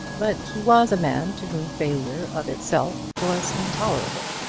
but he was a man to whom failure, of itself, was intolerable.